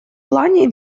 плане